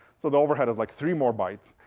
so the overhead is, like, three more bytes.